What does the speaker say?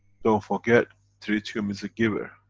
don't forget tritium is a giver,